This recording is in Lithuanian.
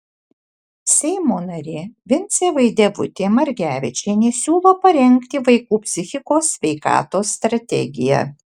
seimo narė vincė vaidevutė margevičienė siūlo parengti vaikų psichikos sveikatos strategiją